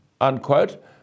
unquote